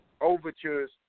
overtures